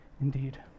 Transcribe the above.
indeed